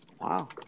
Wow